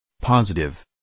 Positive